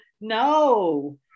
No